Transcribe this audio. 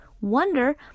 Wonder